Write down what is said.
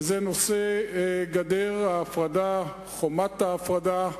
וזה נושא גדר ההפרדה, חומת ההפרדה.